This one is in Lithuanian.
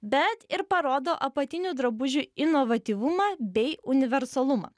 bet ir parodo apatinių drabužių inovatyvumą bei universalumą